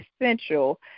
essential